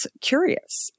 curious